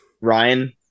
Ryan